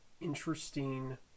interesting